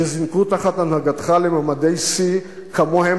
שזינקו תחת הנהגתך לממדי שיא שכמוהם